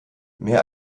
mehr